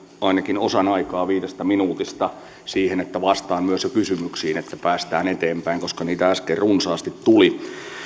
ainakin osan aikaa viidestä minuutista siihen että vastaan jo kysymyksiin että päästään eteenpäin koska niitä äsken runsaasti tuli